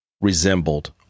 resembled